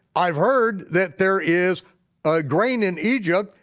i've heard that there is ah grain in egypt,